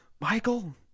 Michael